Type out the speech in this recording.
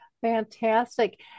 Fantastic